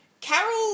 Carol